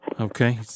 okay